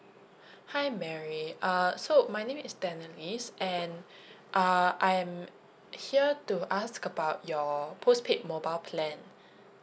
hi mary uh so my name is tannelis and uh I'm here to ask about your postpaid mobile plan